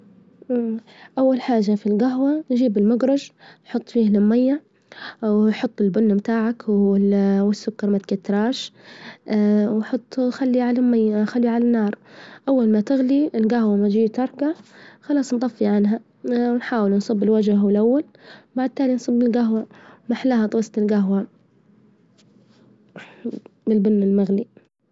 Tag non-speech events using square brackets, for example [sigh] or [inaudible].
أول حاجة في الجهوة نجيب المجرش، نحط فيه المية، ونحط البن بتاعك، والسكر ما تكتراش [hesitation] وحطه خليه على المية خليه عالنار أول ما تغلي الجهوة ما تجيه ترجع خلاص نطفي عنها، ونحأول نصب الوجه الأول بعد تالي نصب الجهوة ما أحلاها طاسة الجهوة بالبن المغلي.